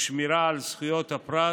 ושמירה על זכויות הפרט,